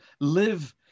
live